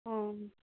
ꯑꯥ